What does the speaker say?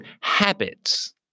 habits